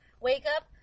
wake-up